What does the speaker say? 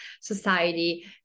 society